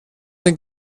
denn